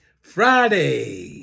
Friday